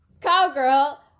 cowgirl